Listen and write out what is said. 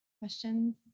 questions